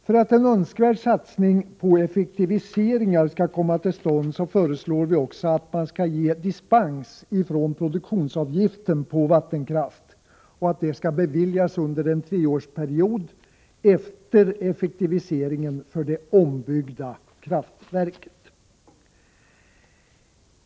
För att en önskvärd satsning på effektiviseringar skall komma till stånd föreslår vi också att dispens från produktionsavgiften på vattenkraft skall beviljas under en treårsperiod efter effektiviseringen för det ombyggda kraftverket.